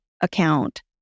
account